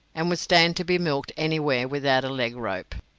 and would stand to be milked anywhere without a leg-rope.